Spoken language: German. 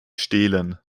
stehlen